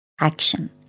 action